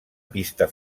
pista